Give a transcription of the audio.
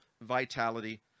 vitality